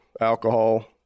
alcohol